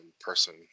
person